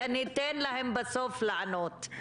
וניתן להם בסוף לענות.